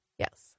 Yes